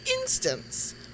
instance